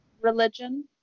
religion